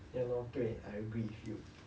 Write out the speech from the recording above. ya loh 对 I agree with you